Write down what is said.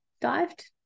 dived